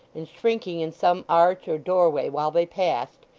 and, shrinking in some arch or doorway while they passed,